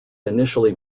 initially